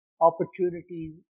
opportunities